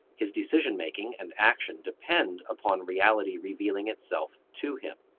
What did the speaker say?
his decision making and action depend upon reality revealing itself to him.